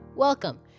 Welcome